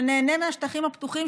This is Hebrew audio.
שנהנה מהשטחים הפתוחים,